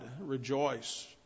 rejoice